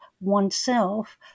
oneself